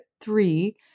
three